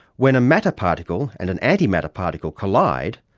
when a matter particle and an anti-matter particle collide,